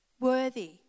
worthy